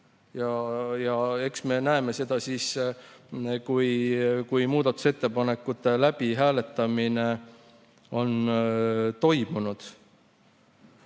ja eks me näeme seda siis, kui muudatusettepanekute läbihääletamine on toimunud.